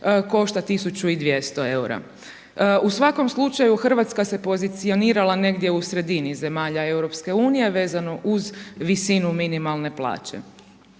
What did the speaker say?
košta 1200 EUR-a. U svakom slučaju Hrvatska se pozicionirala negdje u sredini zemalja Europske unije vezano uz visinu minimalne plaće.